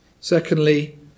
Secondly